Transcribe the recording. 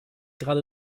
gerade